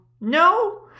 no